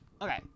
Okay